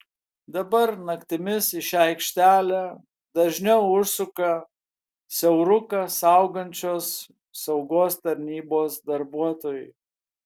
dabar naktimis į šią aikštelę dažniau užsuka siauruką saugančios saugos tarnybos darbuotojai